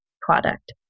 product